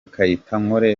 kayitankore